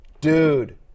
Dude